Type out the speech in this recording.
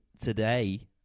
today